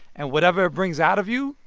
and whatever it brings out of you,